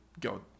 go